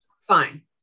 fine